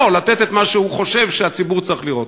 לתת את מה שהוא חושב שהציבור צריך לראות.